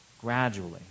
gradually